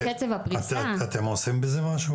קצב הפריסה --- אתם עושים בזה משהו?